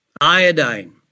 Iodine